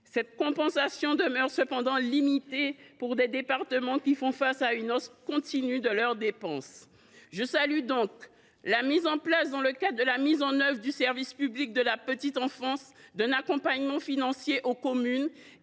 Cette compensation demeure cependant limitée pour des départements qui font face à une hausse continue de leurs dépenses. Je salue aussi la mise en place, dans le cadre de la mise en œuvre du service public de la petite enfance, d’un accompagnement financier des communes